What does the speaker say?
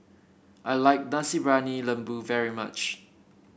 I like Nasi Briyani Lembu very much